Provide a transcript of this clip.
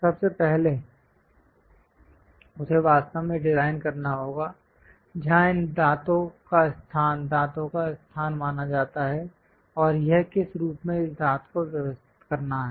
सबसे पहले उसे वास्तव में डिजाइन करना होगा जहां इन दांतों का स्थान दांतों का स्थान माना जाता है और यह किस रूप में इस दांत को व्यवस्थित करना है